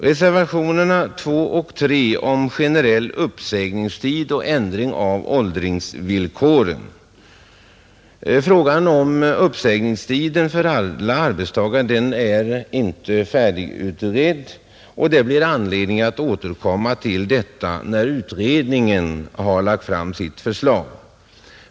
Reservationerna 2 och 3 gäller generell uppsägningstid och ändring av åldersvillkoren, Frågan om uppsägningstiden för alla arbetstagare är inte färdigutredd, och det blir anledning att återkomma till den när utredningen har lagt fram sitt förslag.